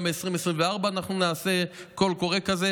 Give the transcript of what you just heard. גם ב-2024 נעשה קול קורא כזה.